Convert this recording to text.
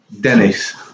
Dennis